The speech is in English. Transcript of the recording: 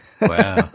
Wow